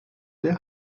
der